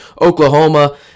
Oklahoma